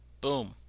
Boom